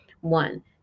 one